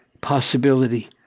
possibility